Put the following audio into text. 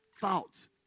thoughts